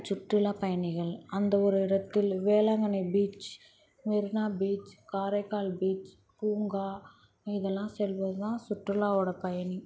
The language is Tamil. சுற்றுலா பயணிகள் அந்த ஒரு இடத்தில் Velankanni beach Marina beach Karaikal beach பூங்கா இதெல்லாம் செல்வதுதான் சுற்றுலாவோடய பயணி